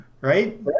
Right